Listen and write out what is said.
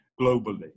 globally